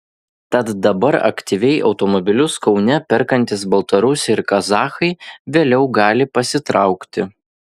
tad dabar aktyviai automobilius kaune perkantys baltarusiai ir kazachai vėliau gali pasitraukti